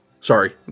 sorry